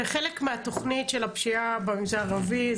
זה חלק מהתכנית של הפשיעה במגזר הערבי.